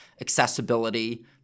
accessibility